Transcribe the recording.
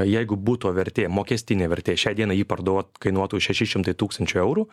jeigu buto vertė mokestinė vertė šiai dienai jį parduot kainuotų šeši šimtai tūkstančių eurų